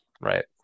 Right